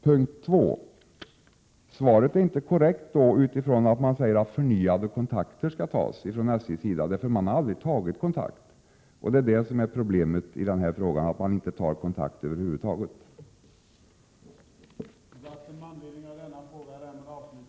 För det andra är det inte korrekt när kommunikationsministern säger att SJ kommer att ta förnyade kontakter. SJ har ju aldrig tagit kontakt. Problemet i denna fråga är alltså att SJ över huvud taget inte tar kontakt.